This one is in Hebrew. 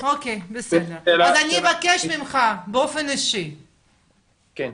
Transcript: אז אני אבקש ממך באופן אישי לנצל,